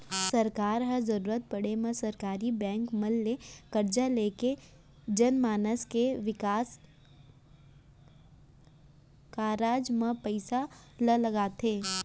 सरकार ह जरुरत पड़े म सरकारी बेंक मन ले करजा लेके जनमानस के बिकास कारज म पइसा ल लगाथे